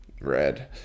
red